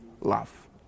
love